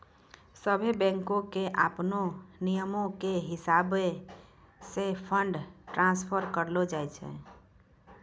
सभ्भे बैंको के अपनो नियमो के हिसाबैं से फंड ट्रांस्फर करलो जाय छै